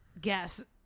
Guess